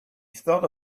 thought